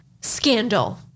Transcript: Scandal